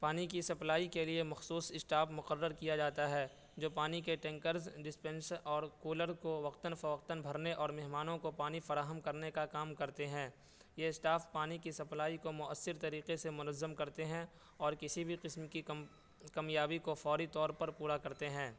پانی کی سپلائی کے لیے مخصوص اسٹاف مقرر کیا جاتا ہے جو پانی کے ٹینکرز ڈسپینش اور کولر کو وقتاً فوقتاً بھرنے اور مہمانوں کو پانی فراہم کرنے کا کام کرتے ہیں یہ اسٹاف پانی کی سپلائی کو مؤثر طریقے سے منظم کرتے ہیں اور کسی بھی قسم کی کم کمیابی کو فوری طور پر پورا کرتے ہیں